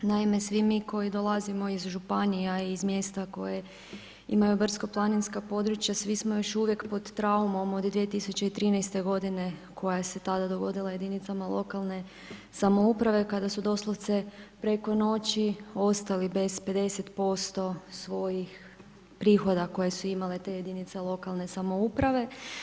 Naime, svi mi koji dolazimo iz županija i mjesta koja imaju brdsko-planinska područja, svi smo još uvijek pod traumom od 2013. godine koja se tada dogodila jedinicama lokalne samouprave kada su doslovce preko noći ostali bez 50% svojih prihoda koje su imale te jedinice lokalne samouprave.